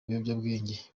ibiyobyabwenge